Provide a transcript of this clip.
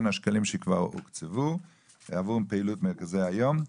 השקלים שכבר הוקצבו עבור פעילות מרכזי היום.